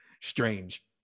strange